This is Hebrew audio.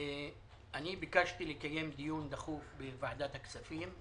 אני ביקשתי לקיים דיון דחוף בוועדת הכספים.